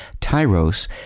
tyros